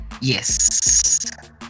Yes